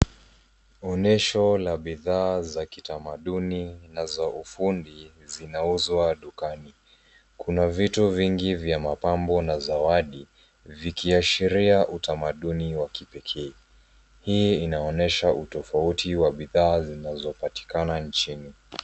Onesho la bidhaa za kitamaduni na za ufundi zinauzwa dukani. Kuna vitu vingi vya mapambo na zawadi vikiashiria utamaduni wa kipekee. Hii inaonesha utofauti wa bidhaa zinazopatikana nchini.